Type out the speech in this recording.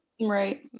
Right